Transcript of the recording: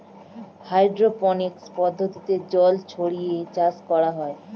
hydroponics পদ্ধতিতে জল ছড়িয়ে চাষ করা হয়